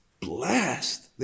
blessed